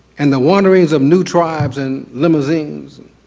and the wanderings of new tribes and limousines.